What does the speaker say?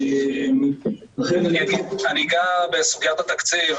אני אגע בסוגיית התקציב.